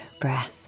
breath